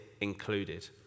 included